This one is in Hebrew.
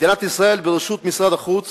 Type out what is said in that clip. מדינת ישראל בראשות משרד החוץ